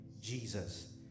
Jesus